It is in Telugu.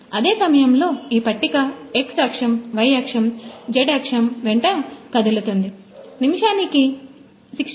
అదే సమయంలో ఈ పట్టిక x అక్షం y అక్షం z అక్షం వెంట కదులుతుంది 16 నిమిషానికి 1600 నిమిషాలకు